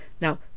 Now